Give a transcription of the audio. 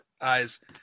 eyes